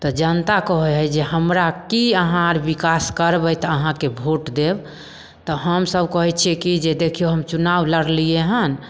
तऽ जनता कहय हइ जे हमरा की अहाँ अर विकास करबय तऽ अहाँके वोट देब तऽ हम सभ कहय छियै कि जे देखियो हम चुनाव लड़लिये हन